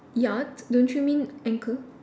yacht don't you mean anchor